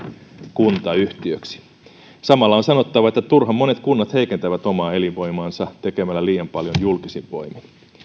kuntayhtiöksi samalla on sanottava että turhan monet kunnat heikentävät omaa elinvoimaansa tekemällä liian paljon julkisin voimin